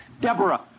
Deborah